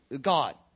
God